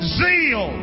zeal